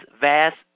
vast